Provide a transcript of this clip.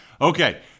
Okay